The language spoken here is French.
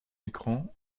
écran